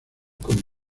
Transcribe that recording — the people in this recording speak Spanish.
con